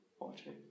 Watching